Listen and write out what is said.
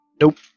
Nope